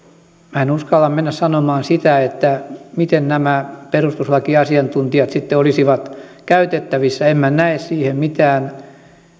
minä en uskalla mennä sanomaan sitä miten nämä perustuslakiasiantuntijat sitten olisivat käytettävissä en minä näe siihen mitään